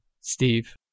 Steve